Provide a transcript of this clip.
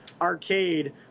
arcade